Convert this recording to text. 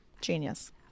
Genius